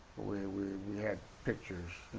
we we had pictures,